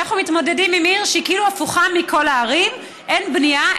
אנחנו מתמודדים עם עיר שהיא כאילו הפוכה מכל הערים: אין בנייה,